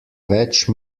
več